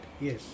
yes